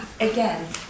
again